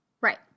Right